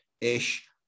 ish